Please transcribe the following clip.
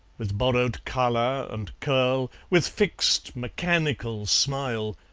with borrowed colour and curl, with fixed mechanical smile,